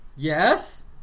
Yes